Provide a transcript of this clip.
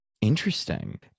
Interesting